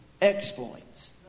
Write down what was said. exploits